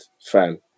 fan